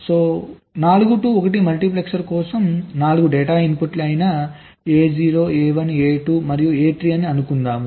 కాబట్టి 4 TO 1 multiplexer కోసం 4 data ఇన్పుట్లు A0 A1 A2 మరియు A3 అని అనుకుందాం